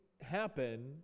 happen